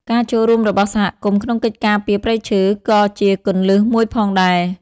ការចូលរួមរបស់សហគមន៍ ក្នុងកិច្ចការពារព្រៃឈើក៏ជាគន្លឹះមួយផងដែរ។